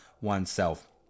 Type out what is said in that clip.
oneself